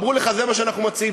אמרו לך: זה מה שאנחנו מציעים,